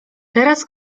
teraz